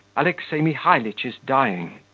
alexey mihalitch is dying.